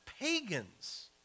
pagans